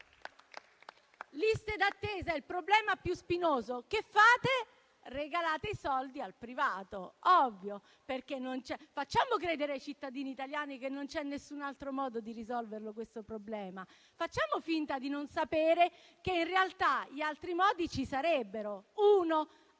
liste d'attesa sono il problema più spinoso. Voi che fate? Regalate i soldi al privato, ovvio. Facciamo credere ai cittadini italiani che non c'è altro modo di risolvere questo problema. Facciamo finta di non sapere che in realtà gli altri modi ci sarebbero, come ad